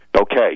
Okay